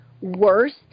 worst